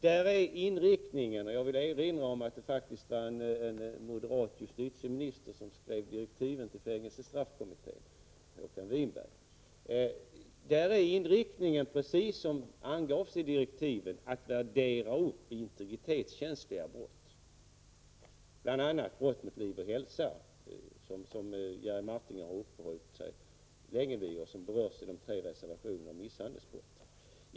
Där är inriktningen, precis som angavs i direktiven -- jag vill erinra om att det var en moderat justitieminister som skrev direktiven till fängelsestraffkommittén, Håkan Winberg -- att värdera upp integritetskänsliga brott, bl.a. brott mot liv och hälsa, som Jerry Martinger har uppehållit sig länge vid och som berörs i de tre reservationerna om misshandelsbrott.